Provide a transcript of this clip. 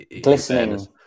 glistening